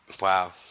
Wow